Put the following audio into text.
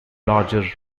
larger